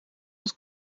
als